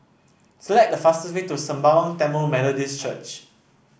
select the fastest way to Sembawang Tamil Methodist Church